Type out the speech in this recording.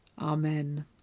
Amen